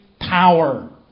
power